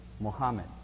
Muhammad